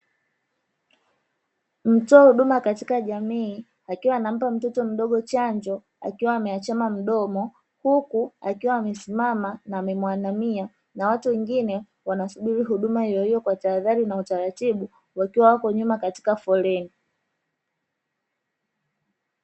Mtoa huduma katika jamii akiwa anampa mtoto mdogo chanjo akiwa ameachama mdomo, huku akiwa amesimama na amemuinamia na watu wengine wanasubiri huduma hiyohiyo kwa tahadhari na utaratibu, wakiwa wapo nyuma katika foleni.